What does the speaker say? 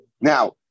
Now